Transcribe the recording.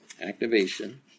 Activation